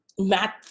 math